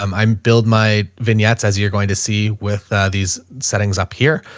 um i'm build my vignettes as you're going to see with these settings up here.